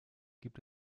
gibt